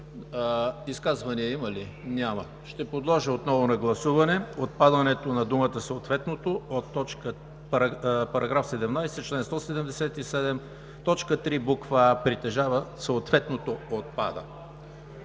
Изказвания има ли? Няма. Ще подложа отново на гласуване отпадането на думата „съответното“ от § 17, чл. 177, т. 3, буква „а“: „притежава съответното“ – отпада.